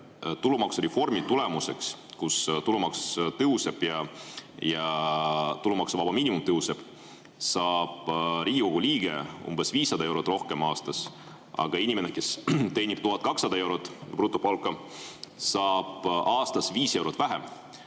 tulumaksureformi tulemusena, kui tulumaks tõuseb ja tulumaksuvaba miinimum tõuseb, saab Riigikogu liige umbes 500 eurot rohkem aastas, aga inimene, kes teenib 1200 eurot brutopalka, saab aastas 5 eurot vähem.